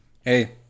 hey